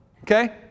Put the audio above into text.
Okay